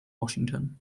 washington